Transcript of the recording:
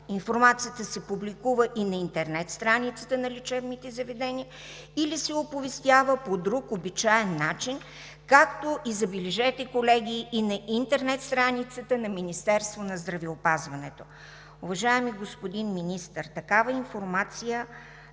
Информацията се публикува и на интернет страницата на лечебните заведения или се оповестява по друг обичаен начин, както, забележете, колеги, и на интернет страницата на Министерството на здравеопазването. Уважаеми господин Министър, такава информация